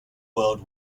world